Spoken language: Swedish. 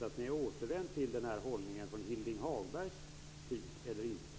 Har ni återvänt till denna hållning från Hilding Hagbergs tid eller inte?